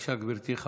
בבקשה, גברתי.